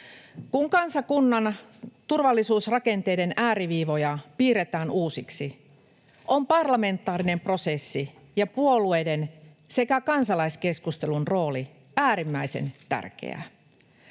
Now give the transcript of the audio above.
Kun kansakunnan turvallisuusrakenteiden ääriviivoja piirretään uusiksi, ovat parlamentaarinen prosessi ja puolueiden sekä kansalaiskeskustelun rooli äärimmäisen tärkeitä.